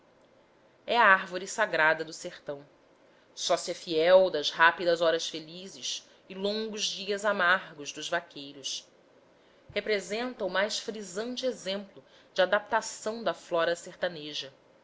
é a árvore sagrada do sertão sócia fiel das rápidas horas felizes e longos dias amargos dos vaqueiros representa o mais frisante exemplo de adaptação da flora sertaneja